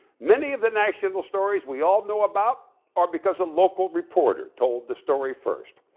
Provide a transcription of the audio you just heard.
many of the national stories we all know about are because a local reporter told the story first.